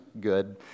good